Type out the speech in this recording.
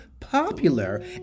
popular